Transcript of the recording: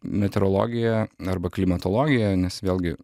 meteorologija arba klimatologija nes vėlgi